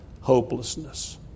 hopelessness